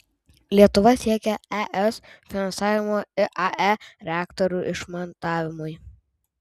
lietuva siekia es finansavimo iae reaktorių išmontavimui